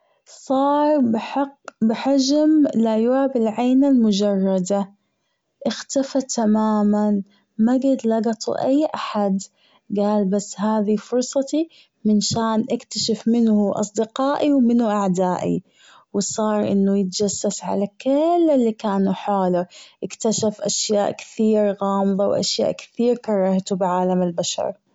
صار بحق بحجم لا يرى بالعين المجردة أختفى تماما ماجد لقى طقايق حج جال بس هذي فرصتي منشان أكتشف منو أصدقائي ومنو أعدائي وصار أنه يتجسس على كل اللي كانوا حوله أكتشف أشياء كثير غامضة و أشياء كثير كرهته فى عالم البشر.